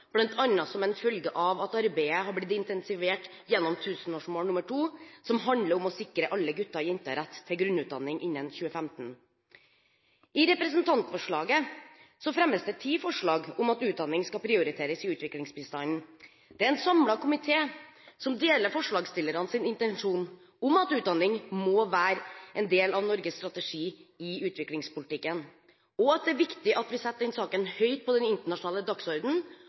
bl.a. som en følge av at arbeidet har blitt intensivert gjennom tusenårsmål nr. 2, som handler om å sikre alle gutter og jenter rett til grunnutdanning innen 2015. I representantforslaget fremmes det ti forslag om at utdanning skal prioriteres i utviklingsbistanden. Det er en samlet komité som deler forslagsstillernes intensjon om at utdanning må være en del av Norges strategi i utviklingspolitikken, og at det er viktig at vi setter den saken høyt på den internasjonale dagsordenen.